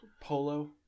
Polo